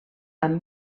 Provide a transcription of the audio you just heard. amb